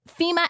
FEMA